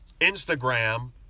Instagram